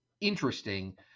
interesting